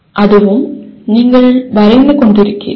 இதுவும் நீங்கள் வரைந்து கொண்டிருக்கிறீர்கள்